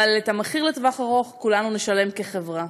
אבל את המחיר לטווח ארוך כולנו נשלם כחברה.